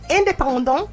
Indépendant